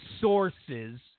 sources